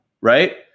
Right